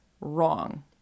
wrong